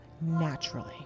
naturally